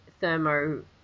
thermo